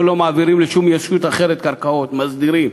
פה לא מעבירים לשום ישות אחרת קרקעות, מסדירים.